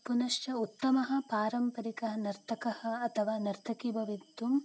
पुनश्च उत्तमः पारम्परिकः नर्तकः अथवा नर्तकी भवितुं